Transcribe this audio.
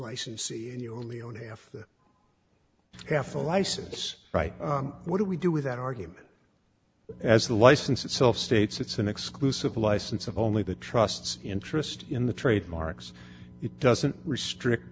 licensee and you only own half half a license right what do we do with that argument as the license itself states it's an exclusive license of only the trust's interest in the trademarks it doesn't restrict